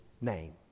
name